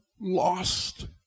lost